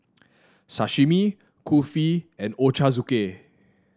Sashimi Kulfi and Ochazuke